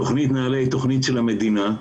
תוכנית נעל"ה היא תוכנית של המדינה,